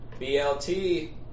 BLT